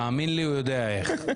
תאמין לי, הוא יודע איך.